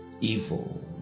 evil